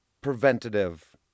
preventative